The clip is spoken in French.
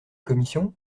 commission